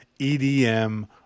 EDM